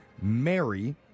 Mary